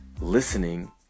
listening